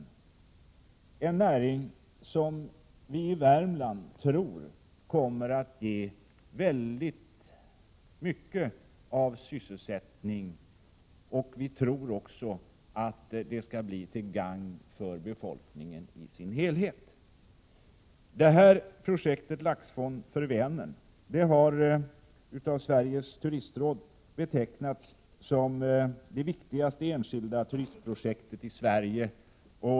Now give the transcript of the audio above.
Turism är en näring som vi i Värmland tror kommer att ge mycket sysselsättning. Vi tror också att det skall bli till gagn för befolkningen i dess helhet. Projektet Laxfond för Vänern har av Sveriges turistråd betecknats som det viktigaste enskilda turistprojektet i Sverige.